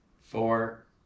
four